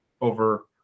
over